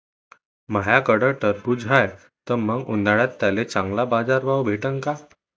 माह्याकडं टरबूज हाये त मंग उन्हाळ्यात त्याले चांगला बाजार भाव भेटन का?